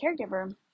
caregiver